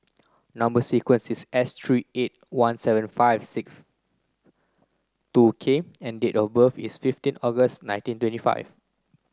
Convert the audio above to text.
number sequence is S three eight one seven five six two K and date of birth is fifteen August nineteen twenty five